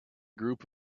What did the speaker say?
group